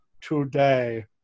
today